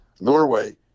Norway